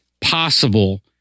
possible